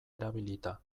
erabilita